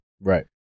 Right